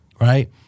right